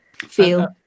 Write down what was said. feel